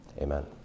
Amen